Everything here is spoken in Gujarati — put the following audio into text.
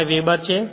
5 વેબર છે